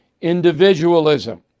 individualism